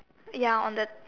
ya on the